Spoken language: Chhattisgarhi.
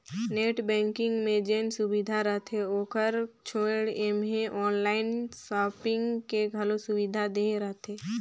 नेट बैंकिग मे जेन सुबिधा रहथे ओकर छोयड़ ऐम्हें आनलाइन सापिंग के घलो सुविधा देहे रहथें